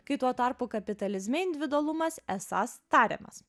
kai tuo tarpu kapitalizme individualumas esąs tariamas